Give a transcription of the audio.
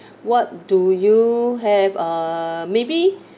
what do you have uh maybe